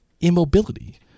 immobility